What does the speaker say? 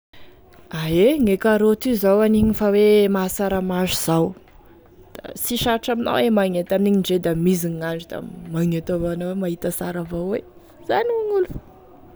A ie gne kaoroty io zao aniny fa hoe e mahasara maso zao, da sy sarotry aminao e magnety igny na de mizy gn'andro da magnety avao anao da mahita sara avao anao zany hoy gn'olo.